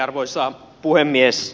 arvoisa puhemies